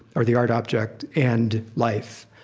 or the art object, and life.